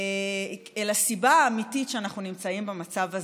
אל הסיבה האמיתית שאנחנו נמצאים במצב הזה.